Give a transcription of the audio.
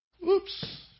Oops